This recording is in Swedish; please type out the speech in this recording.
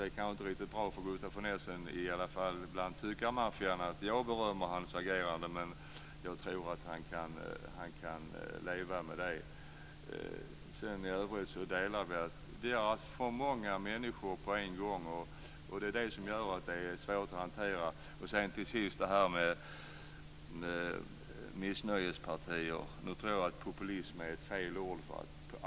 Det kanske inte är riktigt bra för Gustaf von Essen när det gäller tyckarmaffian att jag berömmer hans agerande. Men jag tror att han kan leva med det. I övrigt delar vi uppfattningen att det är för många människor på en gång. Och det är det som gör att detta är svårt att hantera. Beträffande missnöjespartier tycker jag att populism är fel ord.